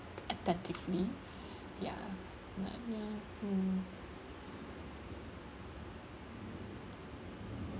attentively ya but ya mm